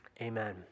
Amen